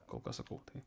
kol kas sakau tai